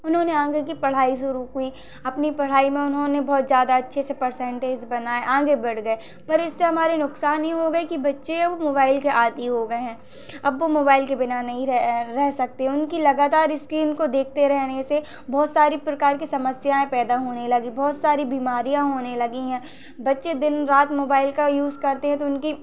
उन्होंने आगे की पढ़ाई शुरू की अपनी पढ़ाई में उन्होंने बहुत ज़्यादा अच्छे से परसेंटेज बनाए आगे बढ़ गए पर इससे हमारे नुकसान ही हो गए कि बच्चे अब मोबाइल के आदी हो गए हैं अब वो मोबाइल के बिना नहीं रह सकते उनकी लगातार स्क्रीन को देखते रहने से बहुत सारी प्रकार की समस्याएँ पैदा होने लगी बहुत सारी बीमारियाँ होने लगी हैं बच्चे दिन रात मोबाइल का यूज़ करते हैं तो उनकी